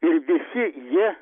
ir visi jie